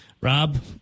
Rob